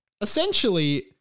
Essentially